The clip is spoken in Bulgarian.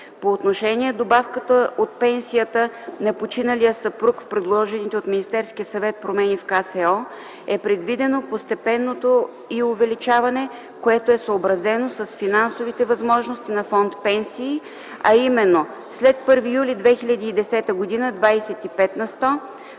По отношение добавката от пенсията на починалия съпруг в предложените от Министерския съвет промени в Кодекса за социално осигуряване е предвидено постепенното й увеличаване, което е съобразено с финансовите възможности на фонд „Пенсии”, а именно: след 1 юли 2010 г. – 25 на сто,